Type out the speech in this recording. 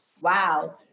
wow